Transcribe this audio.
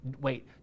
wait